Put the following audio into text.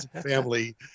family